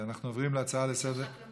אנחנו עוברים להצעה לסדר-היום